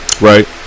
right